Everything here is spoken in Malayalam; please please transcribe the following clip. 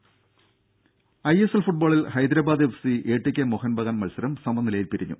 രുര ഐ എസ് എൽ ഫുട്ബോളിൽ Hyderabad F C A T K Mohun Bagan മത്സരം സമനിലയിൽ പിരിഞ്ഞു